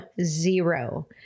zero